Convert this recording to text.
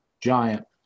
giant